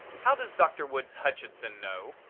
how does dr. woods hutchinson know?